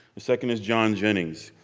the second is john jennings,